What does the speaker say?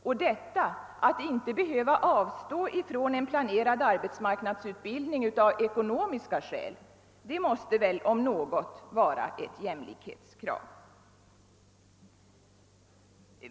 Och detta att inte behöva avstå från planerad arbetsmarknadsutbildning av ekonomiska skäl måste väl om något vara ett jämlikhetskrav.